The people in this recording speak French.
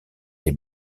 des